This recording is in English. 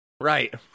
Right